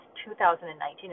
2019